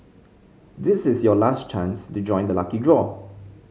this is your last chance to join the lucky draw